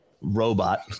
robot